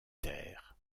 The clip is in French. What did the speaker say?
terres